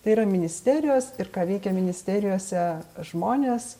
tai yra ministerijos ir ką veikia ministerijose žmonės